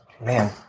man